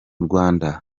rwanda